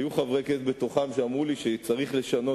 היו חברי כנסת בתוכן שאמרו לי שאולי צריך לשנות